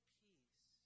peace